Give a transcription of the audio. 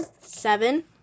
Seven